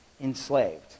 enslaved